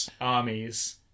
armies